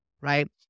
right